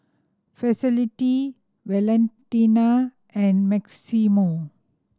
Felicity Valentina and Maximo